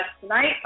tonight